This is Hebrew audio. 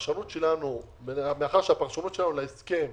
מאחר שהפרשנות שלנו להסכם